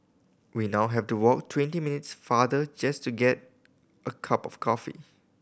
we now have to walk twenty minutes farther just to get a cup of coffee